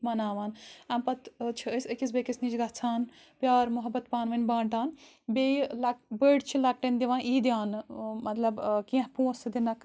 مَناوان اَمہِ پَتہٕ چھِ ٲسۍ أکِس بیٚیہِ کِس نِش گَژھان پیٛار مُحبت پانہٕ ؤنۍ بانٛٹان بیٚیہِ لَک بٔڑۍ چھِ لۄکٹؠن دِوان عیٖدیانہٕ مطلب کینٛہہ پونٛسہٕ دِنَکھ